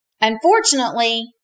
Unfortunately